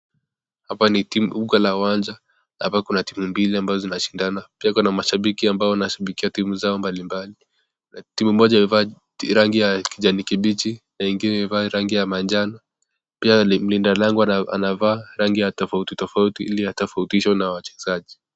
Hapa ni bunga la uwanja. Hapa kuna timu mbili ambazo zinashindana. Pia kuna mashambiki ambao wanashambikia timu zao mbalimbali. Timu moja imevaa rangi ya kijani kibichi na ingine imevaa rangi ya manjano. Pia mlinda lango anavaa rangi tofauti tofauti ili atofautishwe na wachezaji.